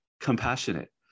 compassionate